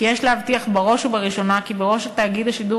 כי יש להבטיח בראש ובראשונה כי בראש תאגיד השידור